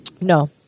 No